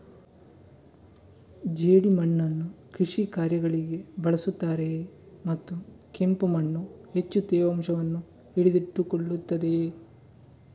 ಜೇಡಿಮಣ್ಣನ್ನು ಕೃಷಿ ಕಾರ್ಯಗಳಿಗೆ ಬಳಸುತ್ತಾರೆಯೇ ಮತ್ತು ಕೆಂಪು ಮಣ್ಣು ಹೆಚ್ಚು ತೇವಾಂಶವನ್ನು ಹಿಡಿದಿಟ್ಟುಕೊಳ್ಳುತ್ತದೆಯೇ?